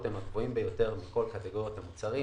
הם הגבוהים ביותר מכל קטגוריות המוצרים.